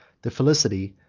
the felicity,